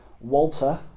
Walter